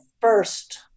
first